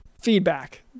Feedback